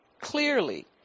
clearly